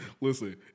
Listen